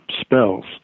spells